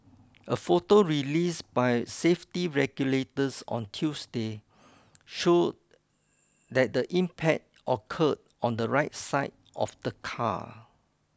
a photo released by safety regulators on Tuesday showed that the impact occurred on the right side of the car